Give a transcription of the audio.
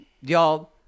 y'all